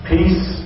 Peace